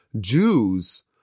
Jews